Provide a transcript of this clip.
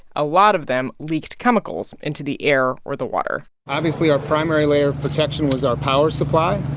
a lot of them leaked chemicals into the air or the water obviously, our primary layer of protection was our power supply.